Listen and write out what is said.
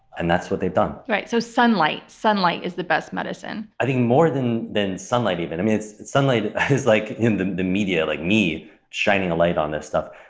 and that's what they've done. right. so sunlight sunlight is the best medicine. i think more than than sunlight even. sunlight is like in the the media, like me shining a light on this stuff.